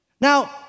Now